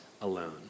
alone